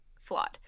flawed